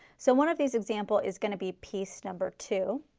so one of this example is going to be piece number two.